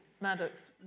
Maddox